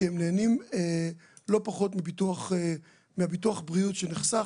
כי הם נהנים לא פחות מביטוח הבריאות שנחסך.